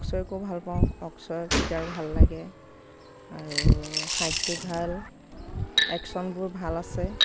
অক্ষয়কো ভাল পাওঁ অক্ষয়ৰ ফিগাৰ ভাল লাগে আৰু হাইটটো ভাল এক্সনবোৰ ভাল আছে